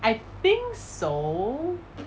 I think so